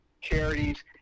charities